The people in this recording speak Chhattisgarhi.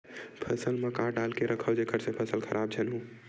फसल म का डाल के रखव जेखर से फसल खराब झन हो?